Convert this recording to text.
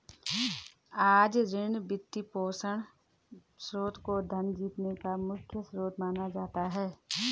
आज ऋण, वित्तपोषण स्रोत को धन जीतने का मुख्य स्रोत माना जाता है